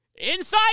Inside